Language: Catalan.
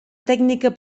tècnica